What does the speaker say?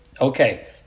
Okay